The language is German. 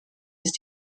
ist